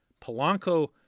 Polanco